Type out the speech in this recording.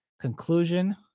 conclusion